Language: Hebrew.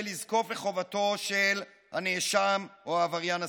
לחובתו של הנאשם או העבריין הסדרתי.